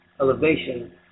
elevation